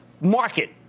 market